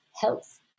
health